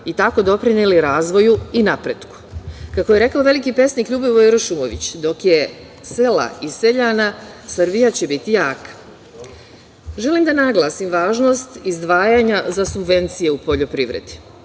i tako doprineli razvoju i napretku. Kako je rekao veliki pesnik Ljubivoje Ršumović: „Dok je sela i seljana Srbija će biti jaka“.Želim da naglasim važnost izdvajanja za subvencije u poljoprivredi,